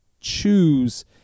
choose